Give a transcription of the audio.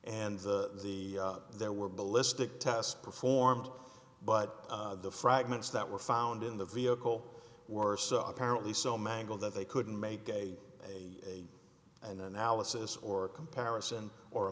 and the there were ballistic tests performed but the fragments that were found in the vehicle were so apparently so mangled that they couldn't make a a an analysis or a comparison or a